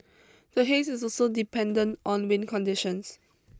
the haze is also dependent on wind conditions